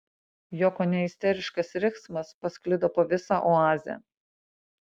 jo kone isteriškas riksmas pasklido po visą oazę